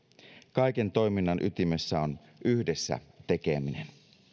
kaiken toiminnan ytimessä on yhdessä tekeminen